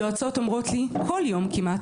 יועצות אומרות לי כל יום כמעט,